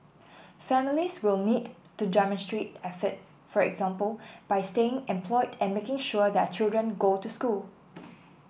families will need to demonstrate effort for example by staying employed and making sure their children go to school